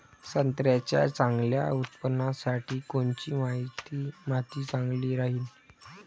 संत्र्याच्या चांगल्या उत्पन्नासाठी कोनची माती चांगली राहिनं?